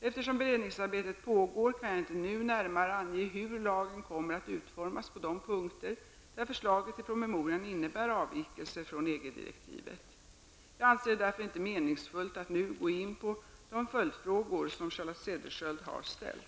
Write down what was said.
Eftersom beredningsarbetet pågår, kan jag inte nu närmare ange hur lagen kommer att utformas på de punkter där förslaget i promemorian innebär avvikelser från EG direktivet. Jag anser det därför inte meningsfullt att nu gå in på de följdfrågor som Charlotte Cederschiöld har ställt.